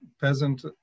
peasant